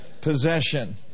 possession